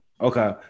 Okay